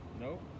no